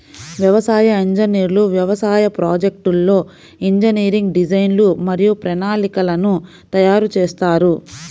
వ్యవసాయ ఇంజనీర్లు వ్యవసాయ ప్రాజెక్ట్లో ఇంజనీరింగ్ డిజైన్లు మరియు ప్రణాళికలను తయారు చేస్తారు